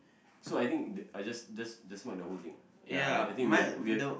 so I think just just just mark the whole thing ah ya I I think we had we had